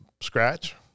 scratch